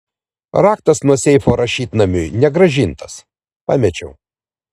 raktas nuo seifo rašytnamiui negrąžintas pamečiau